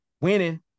Winning